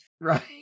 right